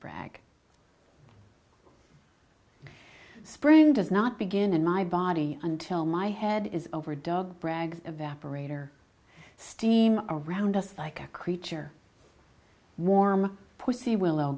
brag spring does not begin in my body until my head is over dog brags evaporator steam around us like a creature warm pussywillow